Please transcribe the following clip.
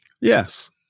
Yes